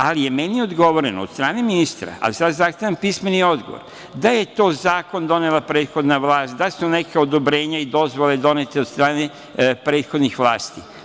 Ali je meni odgovoreno od strane ministra, ali sada zahtevam pismeni odgovor, da je zakon donela prethodna vlast, da li su neka odobrenja i dozvole donete od strane prethodnih vlasti.